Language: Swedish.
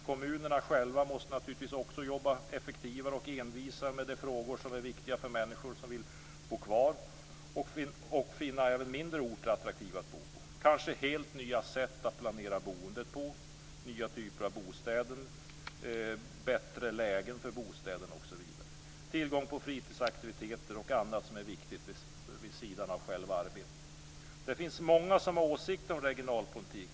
Kommunerna själva måste jobba effektivare och envisare med de frågor som är viktiga för människor som vill bo kvar och som vill finna även mindre orter attraktiva att bo på. Kanske måste man finna helt nya sätt att planera boendet på, nya typer av bostäder, bättre lägen för bostäder osv. Tillgång på fritidsaktiviteter är också viktigt vid sidan av arbetet. Det finns många som har åsikter om regionalpolitik.